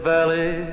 Valley